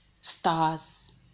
stars